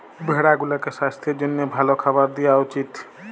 ভেড়া গুলাকে সাস্থের জ্যনহে ভাল খাবার দিঁয়া উচিত